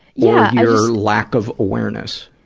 yeah your lack of awareness?